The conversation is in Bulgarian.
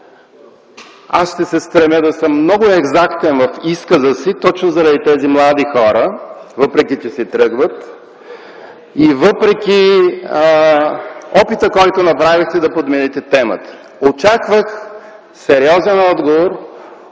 Ще се стремя да съм много екзактен в изказа си точно заради тези млади хора, въпреки че си тръгват и въпреки опита, който направихте да подмените темата. Очаквах сериозен отговор